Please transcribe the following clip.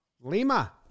Lima